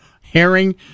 herring